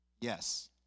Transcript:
Yes